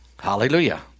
Hallelujah